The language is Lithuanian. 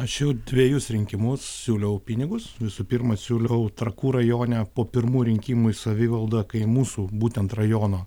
aš jau dvejus rinkimus siūliau pinigus visų pirma siūliau trakų rajone po pirmų rinkimų į savivaldą kai mūsų būtent rajono